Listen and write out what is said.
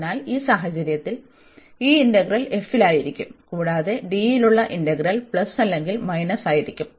അതിനാൽ ഈ സാഹചര്യത്തിൽ ഈ ഇന്റഗ്രൽ f ലായിരിക്കും കൂടാതെ D യിലുള്ള ഇന്റഗ്രൽ പ്ലസ് അല്ലെങ്കിൽ മൈനസ് ആയിരിക്കും